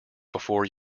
before